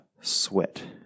sweat